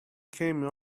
came